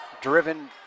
driven